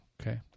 Okay